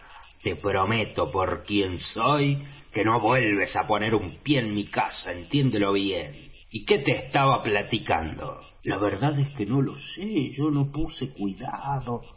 te prometo por quien soy que no vuelves á poner un pie en mi casa entiéndelo bien y que te estaba platicando la verdad no lo sé no puse cuidado